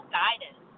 guidance